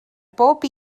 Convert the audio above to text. bob